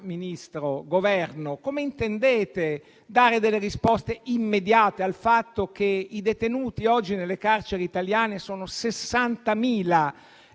Ministro, Governo, dare delle risposte immediate al fatto che i detenuti oggi nelle carceri italiane sono 60.000